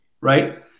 right